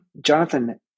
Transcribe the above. Jonathan